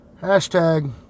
hashtag